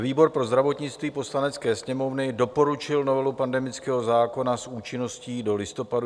Výbor pro zdravotnictví Poslanecké sněmovny doporučil novelu pandemického zákona s účinností do listopadu 2022.